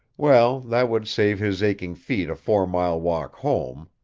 well, that would save his aching feet a four-mile walk home.